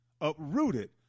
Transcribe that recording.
uprooted